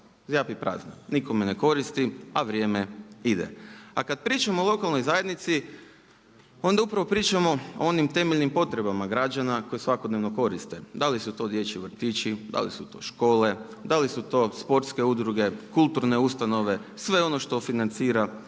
zjapi prazna. Nikome ne koristi, a vrijeme ide. A kad pričamo o lokalnoj zajednici onda upravo pričamo o onim temeljnim potrebama građana koji je svakodnevno koriste. Da li su to dječji vrtići, da li su to škole, da li su to sportske udruge, kulturne ustanove, sve ono što financira